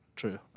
True